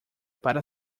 para